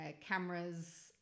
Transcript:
cameras